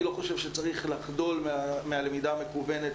אני לא חושב שצריך לחדול מהלמידה המקוונת